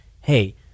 hey